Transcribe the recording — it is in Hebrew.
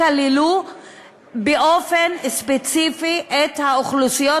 לא כללה באופן ספציפי את האוכלוסיות,